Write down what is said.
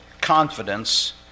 confidence